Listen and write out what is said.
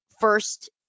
first